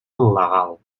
legal